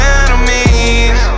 enemies